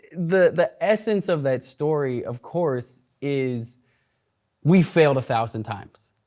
the the essence of that story of course is we failed a thousand times.